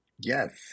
Yes